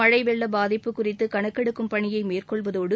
மழை வெள்ள பாதிப்பு குறித்து கணக்கெடுக்கும் பணியை மேற்கொள்வதோடு